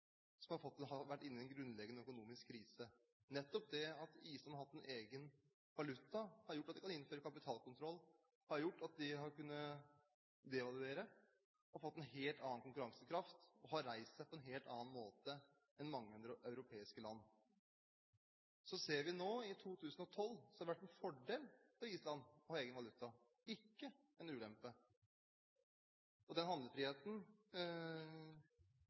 som har vært inne i en helt grunnleggende økonomisk krise. Nettopp det at islendingene har hatt en egen valuta, har gjort at de har kunnet innføre kapitalkontroll, har gjort at de har kunnet devaluere og fått en helt annen konkurransekraft, og at de har reist seg på en helt annen måte enn man har kunnet i mange andre europeiske land. Så ser vi nå, i 2012, at det har vært en fordel for Island å ha egen valuta – ikke en ulempe. Den handlefriheten,